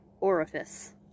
orifice